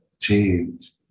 change